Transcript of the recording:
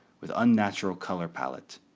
with unnatural color palette,